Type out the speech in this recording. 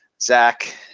Zach